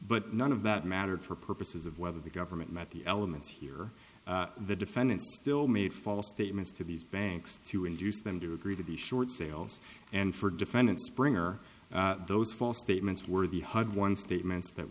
but none of that mattered for purposes of whether the government met the elements here the defendant still made false statements to these banks to induce them to agree to the short sales and for defendant spring or those false statements were the hard won statements that